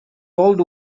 old